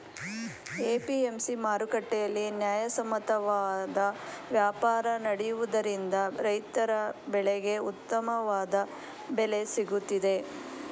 APMC ಮಾರುಕಟ್ಟೆಯಲ್ಲಿ ನ್ಯಾಯಸಮ್ಮತವಾದ ವ್ಯಾಪಾರ ನಡೆಯುತ್ತಿರುವುದರಿಂದ ರೈತರ ಬೆಳೆಗೆ ಉತ್ತಮವಾದ ಬೆಲೆ ಸಿಗುತ್ತಿದೆ